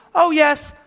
oh, yes.